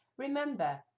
Remember